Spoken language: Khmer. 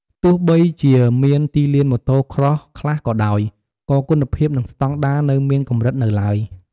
ទោះបីជាមានទីលាន Motocross ខ្លះក៏ដោយ ក៏គុណភាព និងស្តង់ដារនៅមានកម្រិតនៅឡើយ។